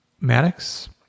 Maddox